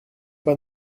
pas